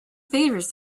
favours